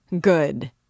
Good